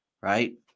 right